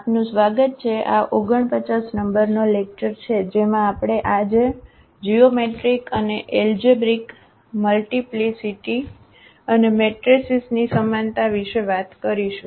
આપનું સ્વાગત છે આ 49 નંબરનો લેક્ચર છે જેમાં આપણે આજે જીઓમેટ્રિક અને એલજેબ્રિક મલ્ટીપ્લીસીટી અને મેટ્રિસિસની સમાનતા વિશે વાત કરીશું